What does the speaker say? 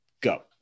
go